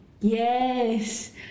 Yes